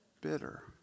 bitter